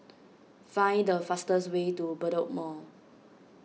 find the fastest way to Bedok Mall